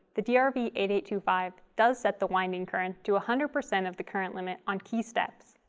the d r v eight eight two five does set the winding current to one ah hundred percent of the current limit on key steps.